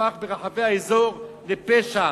הפך ברחבי האזור לפשע.